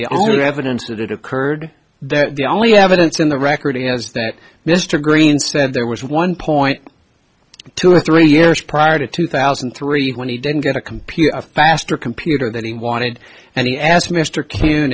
the only evidence that it occurred there the only evidence in the record has that mr greene said there was one point two or three years prior to two thousand and three when he didn't get a computer a faster computer that he wanted and he asked mr ca